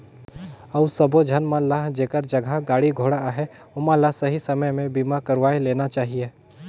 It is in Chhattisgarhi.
अउ सबो झन मन ल जेखर जघा गाड़ी घोड़ा अहे ओमन ल सही समे में बीमा करवाये लेना चाहिए